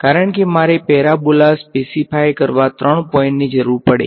કારણ કે મારે પેરાબોલા સ્પેસીફાય કરવા ત્રણ પોઈંટ ની જરૂર પડે